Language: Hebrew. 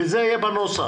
וזה יהיה בנוסח.